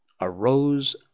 arose